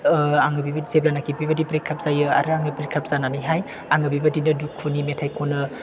आङो बेबायदि जेब्लानाकि बेबायदि ब्रेकआप जायो आरो आंनि ब्रेकआप जानानैहाय आङो बेबायदिनो दुखुनि मेथाइ खनो